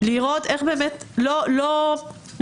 לראות איך באמת לא מתעלמים.